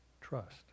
trust